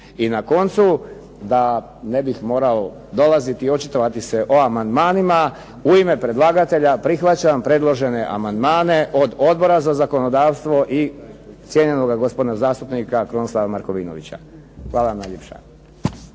I na koncu da ne bih morao dolaziti i očitovati se o amandmanima. U ime predlagatelja prihvaćam predložene amandmane od Odbora za zakonodavstvo i cijenjenoga gospodina zastupnika Krunoslava Markovinovića. Hvala vam najljepša.